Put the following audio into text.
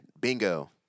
Bingo